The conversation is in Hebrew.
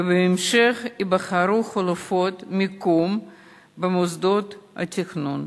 ובהמשך ייבחרו חלופות מיקום במוסדות התכנון.